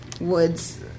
Woods